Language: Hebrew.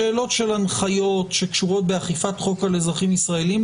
שאלות של הנחיות שקשורות באכיפת חוק על אזרחים ישראלים,